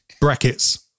Brackets